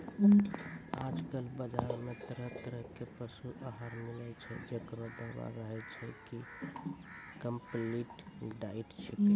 आजकल बाजार मॅ तरह तरह के पशु आहार मिलै छै, जेकरो दावा रहै छै कि कम्पलीट डाइट छेकै